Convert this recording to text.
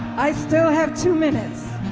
i still have two minutes.